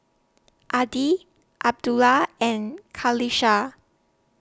Adi Abdullah and Qalisha